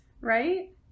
right